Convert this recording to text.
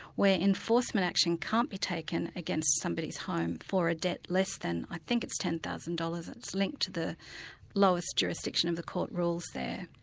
where enforcement action can't be taken against somebody's home for a debt less than i think it's ten thousand dollars it's linked to the lowest jurisdiction of the court rules there.